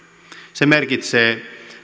se merkitsee